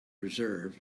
reserve